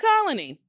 Colony